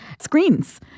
screens